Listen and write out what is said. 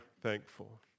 thankful